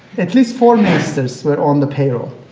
at least four ministers were on the payroll